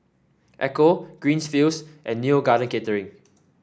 Ecco Greenfields and Neo Garden Catering